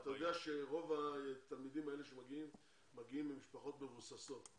אתה יודע שרוב התלמידים האלה שמגיעים מגיעים ממשפחות מבוססות,